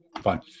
Fine